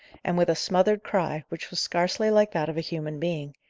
and with a smothered cry, which was scarcely like that of a human being,